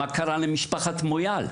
למשפחת מויאל?